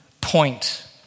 point